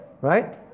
right